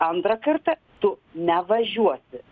antrą kartą tu nevažiuosi